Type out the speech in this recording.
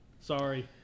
Sorry